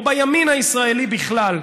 או בימין הישראלי בכלל,